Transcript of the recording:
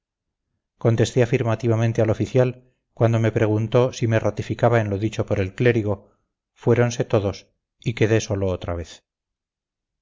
contesté afirmativamente al oficial cuando me preguntó si me ratificaba en lo dicho por el clérigo fuéronse todos y quedé solo otra vez